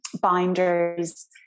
binders